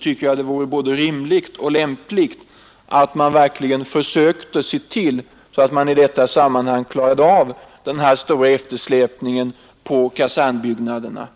tycker jag att det vore både rimligt och lämpligt att man verkligen försökte se till att den stora eftersläpningen beträffande kasernbyggnaderna klarades av i detta sammanhang.